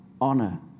honor